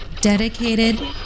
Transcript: dedicated